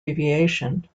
aviation